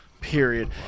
Period